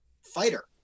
fighter